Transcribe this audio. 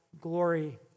glory